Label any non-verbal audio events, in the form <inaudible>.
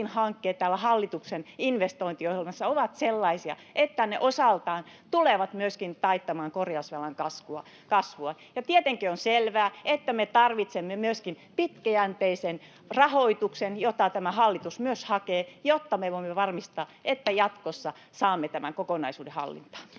hallituksen investointiohjelmassa ovat sellaisia, että ne osaltaan tulevat myöskin taittamaan korjausvelan kasvua. Ja tietenkin on selvää, että me tarvitsemme myöskin pitkäjänteisen rahoituksen, jota tämä hallitus myös hakee, jotta me voimme varmistaa, <noise> että jatkossa saamme tämän kokonaisuuden hallintaan.